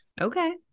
Okay